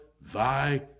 Thy